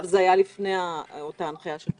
זה היה לפני אותה הנחיה על 9:30,